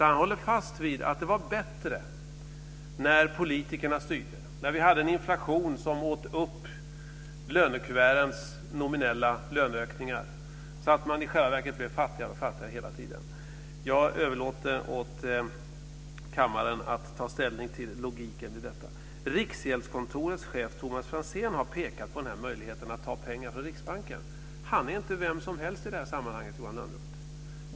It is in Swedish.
Han håller fast vid att det var bättre när politikerna styrde och vi hade en inflation som åt upp lönekuvertens nominella löneökningar så att man i själva verket blev allt fattigare hela tiden. Jag överlåter åt kammaren att ta ställning till logiken i detta. Riksgäldens chef Thomas Franzén har pekat på möjligheten att ta pengar från Riksbanken. Han är inte vem som helst i det här sammanhanget, Johan Lönnroth.